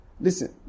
Listen